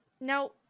Now